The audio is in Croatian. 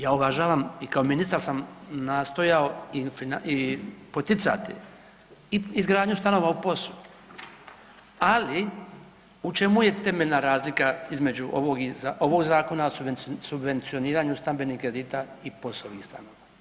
Ja uvažavam i kao ministar sam nastojao i poticati i izgradnju stanova u POS-u, ali u čemu je temeljna razlika između ovog Zakona o subvencioniranju stambenih kredita i POS-ovih stanova?